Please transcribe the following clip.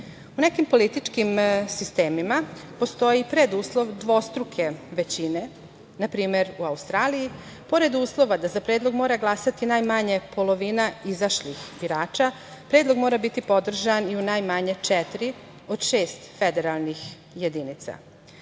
nekim političkim sistemima postoji preduslov dvostruke većine, na primer u Australiji, pored uslova da za predlog mora glasati najmanje polovina izašlih birača predlog mora biti podržan i u najmanje četiri od šest federalnih jedinica.